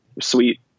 Sweet